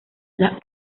las